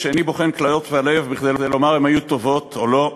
שאיני בוחן כליות ולב כדי לומר אם היו טובות או לא,